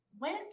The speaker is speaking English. went